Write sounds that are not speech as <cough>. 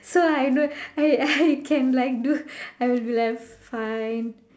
so I don't <laughs> I I can like do I will be like fine